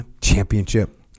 championship